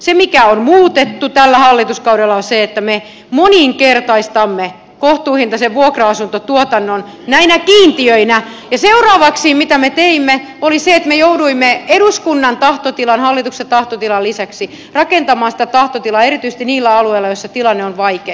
se mikä on muutettu tällä hallituskaudella on se että me moninkertaistamme kohtuuhintaisen vuokra asuntotuotannon näinä kiintiöinä ja seuraavaksi mitä me teimme oli se että me jouduimme eduskunnan tahtotilan hallituksen tahtotilan lisäksi rakentamaan sitä tahtotilaa erityisesti niillä alueilla joilla tilanne on vaikein